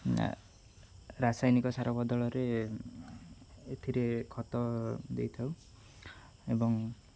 ନା ରାସାୟନିକ ସାର ବଦଳରେ ଏଥିରେ ଖତ ଦେଇଥାଉ ଏବଂ